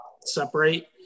separate